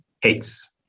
hates